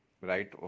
right